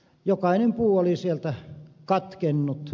jokainen puu oli sieltä katkennut